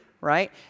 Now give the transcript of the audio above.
Right